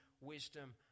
wisdom